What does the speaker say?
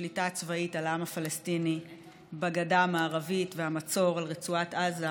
השליטה הצבאית על העם הפלסטיני בגדה המערבית והמצור על רצועת עזה,